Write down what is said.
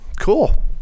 cool